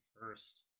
first